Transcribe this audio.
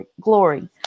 glory